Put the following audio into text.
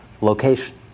location